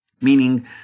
Meaning